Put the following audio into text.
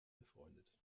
befreundet